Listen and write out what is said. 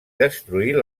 destruir